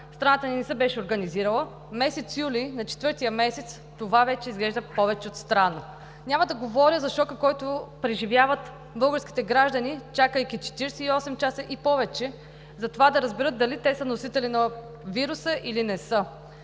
страната ни не се беше организирала, месец юли, на четвъртия месец, това вече изглежда повече от странно. Няма да говоря за шока, който преживяват българските граждани, чакайки 48 часа и повече за това да разберат дали те са носители на вируса, или не са.